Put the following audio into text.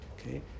Okay